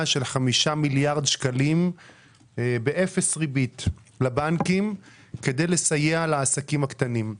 של 5 מיליארד שקלים באפס ריבית לבנקים כדי לסייע לעסקים הקטנים.